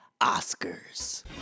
Oscars